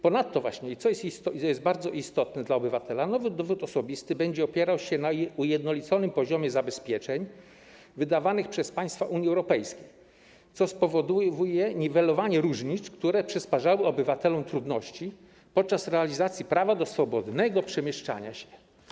Ponadto właśnie - co jest bardzo istotne dla obywatela - nowy dowód osobisty będzie opierał się na ujednoliconym poziomie zabezpieczeń wydawanych przez państwa Unii Europejskiej, co spowoduje niwelowanie różnic, które przysparzały obywatelom trudności podczas realizacji prawa do swobodnego przemieszczania się.